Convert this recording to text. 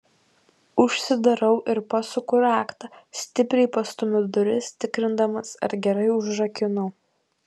užsidarau ir pasuku raktą stipriai pastumiu duris tikrindamas ar gerai užrakinau